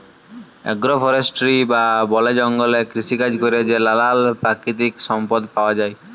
agro forestry বা বলে জঙ্গলে কৃষিকাজে ক্যরে যে লালাল পাকিতিক সম্পদ পাউয়া যায়